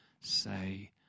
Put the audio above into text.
say